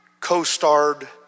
co-starred